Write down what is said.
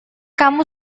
kamu